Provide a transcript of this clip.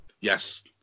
Yes